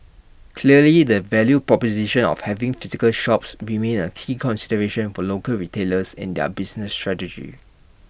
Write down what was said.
clearly the value proposition of having physical shops remains A key consideration for local retailers in their business strategy